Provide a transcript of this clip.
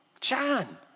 John